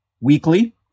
weekly